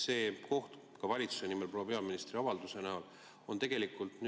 See arutelu ka valitsuse nimel proua peaministri avalduse näol on tegelikult